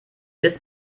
bis